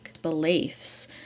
beliefs